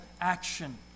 action